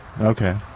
Okay